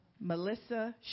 Melissa